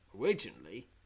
originally